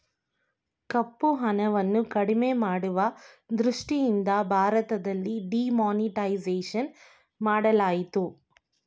ಕಪ್ಪುಹಣವನ್ನು ಕಡಿಮೆ ಮಾಡುವ ದೃಷ್ಟಿಯಿಂದ ಭಾರತದಲ್ಲಿ ಡಿಮಾನಿಟೈಸೇಷನ್ ಮಾಡಲಾಯಿತು